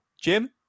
Jim